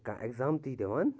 کانٛہہ ایٚگزام تہِ دِوان